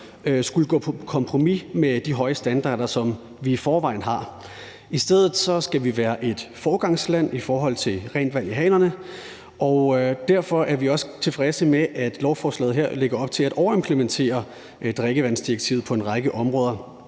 skulle gå på kompromis med de høje standarder, som vi i forvejen har. I stedet skal vi være et foregangsland i forhold til rent vand i hanerne, og derfor er vi også tilfredse med, at lovforslaget her lægger op til at overimplementere drikkevandsdirektivet på en række områder.